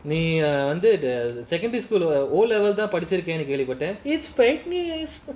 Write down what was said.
eh uh under the secondary school O level ah படிச்சிருக்கேன்னுகேள்விபட்டருக்கேன்:padichirukenu kelvipatruken it's fake news